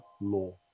law